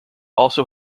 also